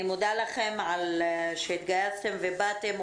אני מודה לכם שהתגייסתם ובאתם.